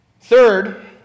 Third